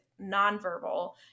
nonverbal